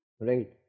right